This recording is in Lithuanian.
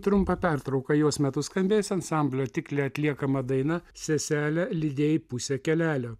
trumpa pertrauka jos metu skambės ansamblio tiklė atliekama daina seselę lydėjai pusę kelelio